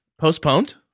Postponed